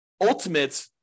ultimate